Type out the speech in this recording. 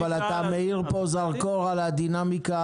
אבל אתה מאיר פה זרקור על הדינמיקה,